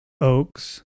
Oaks